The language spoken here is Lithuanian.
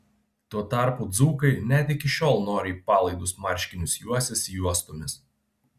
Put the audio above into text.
tuo tarpu dzūkai net iki šiol noriai palaidus marškinius juosiasi juostomis